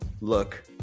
look